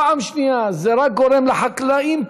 וזה רק גורם לחקלאים פה,